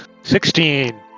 Sixteen